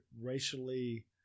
racially